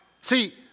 See